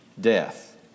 death